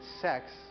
sex